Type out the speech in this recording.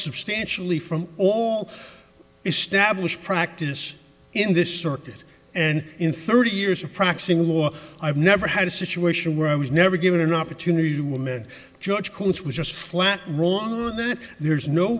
substantially from all established practice in this circuit and in thirty years of practicing law i've never had a situation where i was never given an opportunity to woman judge cause was just flat wrong or that there's no